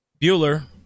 Bueller